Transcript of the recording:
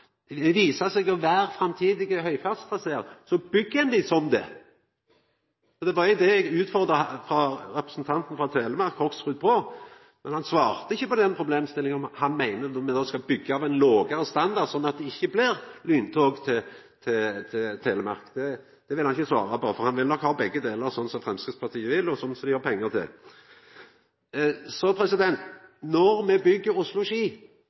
seg å vera framtidige høgfartstrasear, byggjer ein dei som det. Det var det eg utfordra representanten Hoksrud frå Telemark på, men han svarte ikkje på problemstillinga om han meiner me no skal byggja med ein lågare standard, slik at det ikkje blir lyntog til Telemark. Det ville han ikkje svara på, for han vil nok ha begge delar, slik Framstegspartiet vil, og som dei har pengar til. Når me byggjer Oslo–Ski, byggjer me